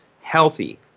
healthy